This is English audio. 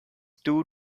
two